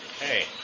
Hey